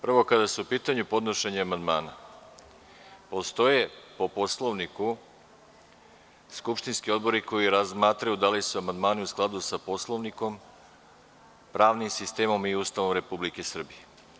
Prvo, kada je u pitanju podnošenje amandmana, postoje po Poslovniku skupštinski odbori koji razmatraju da li su amandmani u skladu sa Poslovnikom, pravnim sistemom i Ustavom Republike Srbije.